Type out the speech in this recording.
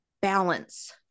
balance